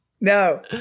no